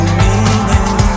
meaning